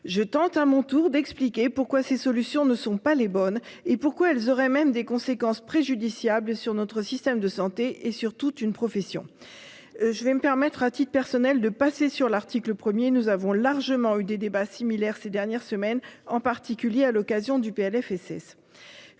Je tente à mon tour d'expliquer pourquoi ces solutions ne sont pas les bonnes. Et pourquoi elles auraient même des conséquences préjudiciables sur notre système de santé et sur toute une profession. Je vais me permettre à titre personnel de passer sur l'article. Nous avons largement eu des débats similaires ces dernières semaines, en particulier à l'occasion du PLFSS.